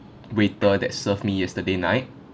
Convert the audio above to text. waiter that served me yesterday night